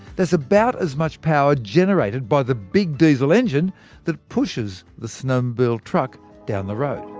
that's about as much power generated by the big diesel engine that pushes the snowmobile truck down the road.